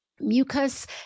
Mucus